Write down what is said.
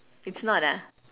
it's not ah